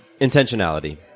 intentionality